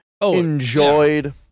enjoyed